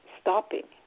stopping